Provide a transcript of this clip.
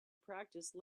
practice